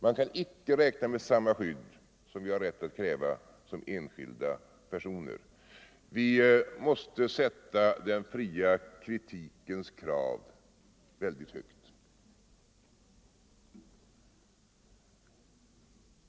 Den kan icke räkna med samma skydd som vi har rätt att kräva som enskilda personer. Vi måste sätta den fria kritikens krav väldigt högt.